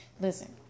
Listen